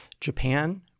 Japan